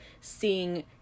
seeing